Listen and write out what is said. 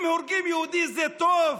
אם הורגים יהודי זה טוב?